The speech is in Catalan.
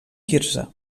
quirze